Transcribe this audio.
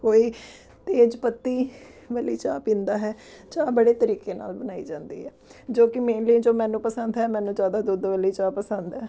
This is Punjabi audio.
ਕੋਈ ਤੇਜ਼ ਪੱਤੀ ਵਾਲੀ ਚਾਹ ਪੀਂਦਾ ਹੈ ਚਾਹ ਬੜੇ ਤਰੀਕੇ ਨਾਲ ਬਣਾਈ ਜਾਂਦੀ ਹੈ ਜੋ ਕਿ ਮੇਨਲੀ ਜੋ ਮੈਨੂੰ ਪਸੰਦ ਹੈ ਮੈਨੂੰ ਜ਼ਿਆਦਾ ਦੁੱਧ ਵਾਲੀ ਚਾਹ ਪਸੰਦ ਹੈ